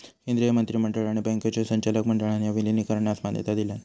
केंद्रीय मंत्रिमंडळ आणि बँकांच्यो संचालक मंडळान ह्या विलीनीकरणास मान्यता दिलान